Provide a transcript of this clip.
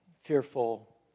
fearful